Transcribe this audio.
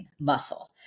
muscle